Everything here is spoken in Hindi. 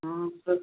हाँ फिर